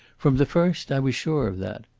from the first i was sure of that.